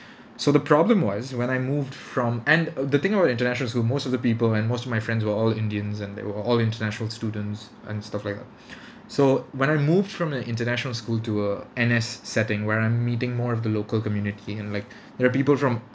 so the problem was when I moved from and uh the thing about international school most of the people and most of my friends were all indians and they were all international students and stuff like that so when I moved from the international school to a N_S setting where I'm meeting more of the local community and like there are people from